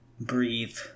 breathe